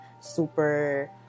super